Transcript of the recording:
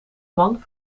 man